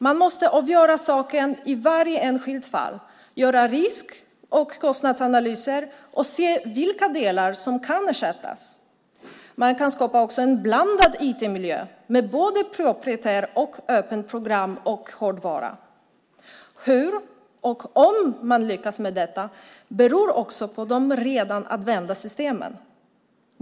Man måste avgöra saken i varje enskilt fall, göra risk och kostnadsanalyser och se vilka delar som kan ersättas. Man kan skapa en blandad IT-miljö med både proprietär och öppen program och hårdvara. Hur och om man lyckas med detta beror också på de redan använda systemen.